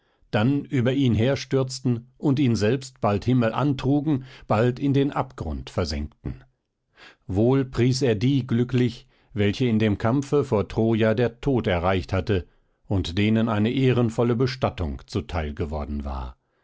dann über ihn herstürzten und ihn selbst bald himmelan trugen bald in den abgrund versenkten wohl pries er die glücklich welche in dem kampfe vor troja der tod erreicht hatte und denen eine ehrenvolle bestattung zu teil geworden war